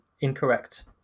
incorrect